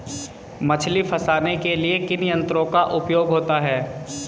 मछली फंसाने के लिए किन यंत्रों का उपयोग होता है?